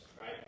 Right